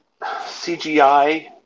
CGI